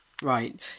Right